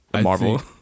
Marvel